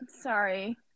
Sorry